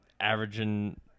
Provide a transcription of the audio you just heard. Averaging